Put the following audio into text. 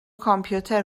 کامپیوتر